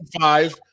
five